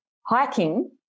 hiking